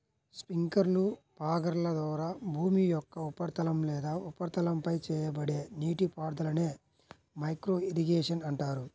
స్ప్రింక్లర్లు, ఫాగర్ల ద్వారా భూమి యొక్క ఉపరితలం లేదా ఉపరితలంపై చేయబడే నీటిపారుదలనే మైక్రో ఇరిగేషన్ అంటారు